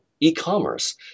e-commerce